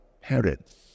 parents